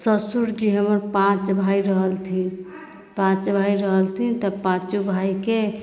ससुरजी हमर पाँच भाय रहलथिन पाँच भाय रहलथिन तऽ पाँचो भायके